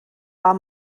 war